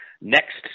next